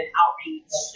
outreach